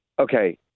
Okay